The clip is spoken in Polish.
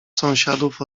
sąsiadów